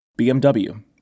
BMW